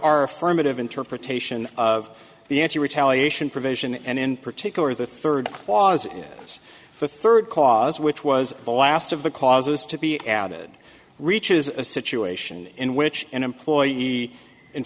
our affirmative interpretation of the anti retaliation provision and in particular the third was the third clause which was the last of the causes to be added reaches a situation in which an employee in